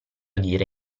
dire